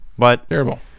Terrible